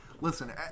listen